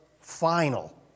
final